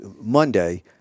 Monday